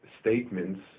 statements